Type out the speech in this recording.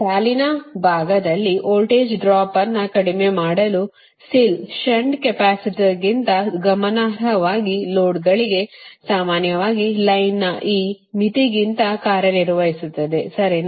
ಸಾಲಿನ ಭಾಗದಲ್ಲಿ voltage drop ಅನ್ನು ಕಡಿಮೆ ಮಾಡಲು SIL ಷಂಟ್ ಕೆಪಾಸಿಟರ್ಗಿಂತ ಗಮನಾರ್ಹವಾಗಿ ಲೋಡ್ಗಳಿಗೆ ಸಾಮಾನ್ಯವಾಗಿ ಲೈನ್ ಈ ಮಿತಿಗಿಂತ ಕಾರ್ಯನಿರ್ವಹಿಸುತ್ತದೆ ಸರಿನಾ